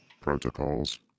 Protocols